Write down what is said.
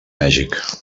mèxic